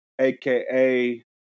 AKA